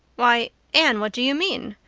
why, anne, what do you mean?